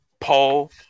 Paul